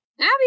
Abby